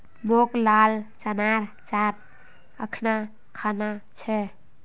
मोक लाल चनार चाट अखना खाना छ